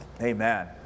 Amen